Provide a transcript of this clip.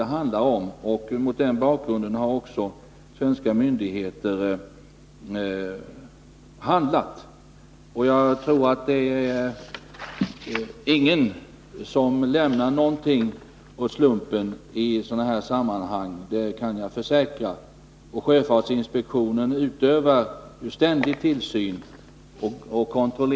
Det handlar om farliga saker, och det är mot den bakgrunden som svenska myndigheter har agerat. Jag kan försäkra att ingen lämnar någonting åt slumpen i sådana här sammanhang. Sjöfartsinspektionen utövar ju ständigt tillsyn och kontroll.